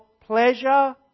pleasure